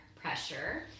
pressure